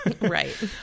Right